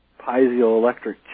piezoelectric